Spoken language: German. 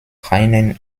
reinen